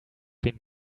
been